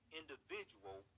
individual